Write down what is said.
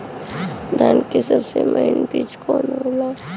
धान के सबसे महीन बिज कवन होला?